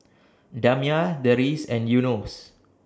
Damia Deris and Yunos